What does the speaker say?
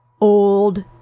old